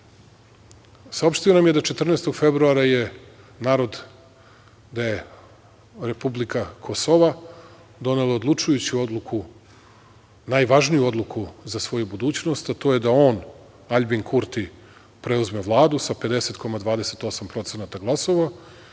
Ne. Saopštio nam je da 14. februara je narod da je republika Kosova, donela odlučujuću odluku najvažniju odluku za svoju budućnost, a to je da on Aljbin Kurti preuzme vladu sa 50,25% glasova